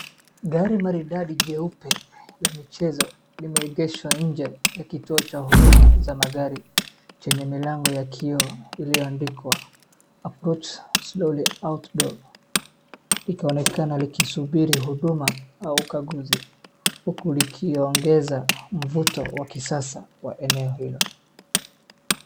Gari maridadi jeupe la michezo limeegeshwa nje ya kituo cha huduma za magari chenye milango ya kioo iliyoandikwa Approach Slowly Outdoor , likionekana likisubiri huduma au ukaguzi huku likiongeza mvuto wa kisasa wa eneo hilo.